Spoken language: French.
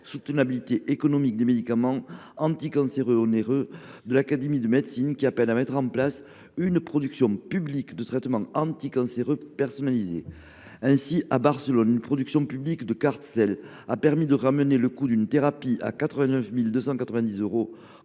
soutenabilité économique des médicaments anticancéreux onéreux, l’Académie nationale de médecine appelle ainsi à mettre en place une production publique de traitements anticancéreux personnalisés. Ainsi, à Barcelone, une production publique de cellules a permis de réduire le coût d’une thérapie à 89 290 euros